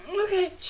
Okay